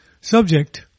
subject